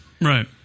Right